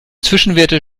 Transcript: zwischenwerte